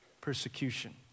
persecution